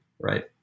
right